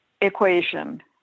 equation